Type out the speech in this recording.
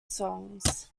songs